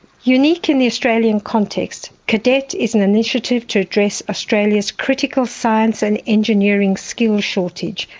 unique in the australian context, cadet is an initiative to address australia's critical science and engineering skills shortage,